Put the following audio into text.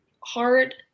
hard